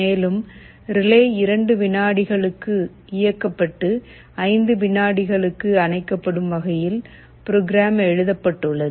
மேலும் ரிலே 2 வினாடிகளுக்கு இயக்கப்பட்டு 5 வினாடிகளுக்கு அணைக்கப்படும் வகையில் ப்ரோக்ராம் எழுதப்பட்டுள்ளது